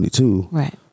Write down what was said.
right